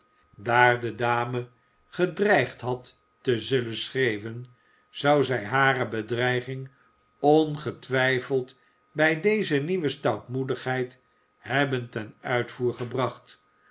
daar de dame gedreigd had te zullen schreeuwen zou zij hare bedreiging ongetwijfeld bij deze nieuwe stoutmoedigheid hebben ten uitvoer gebracht